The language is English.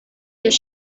their